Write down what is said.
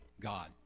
God